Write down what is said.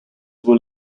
were